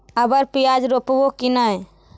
अबर प्याज रोप्बो की नय?